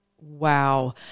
Wow